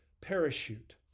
Parachute